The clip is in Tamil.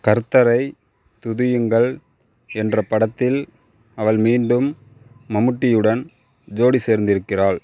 கர்த்தரை துதியுங்கள் என்ற படத்தில் அவள் மீண்டும் மம்முட்டியுடன் ஜோடி சேர்ந்திருக்கிறாள்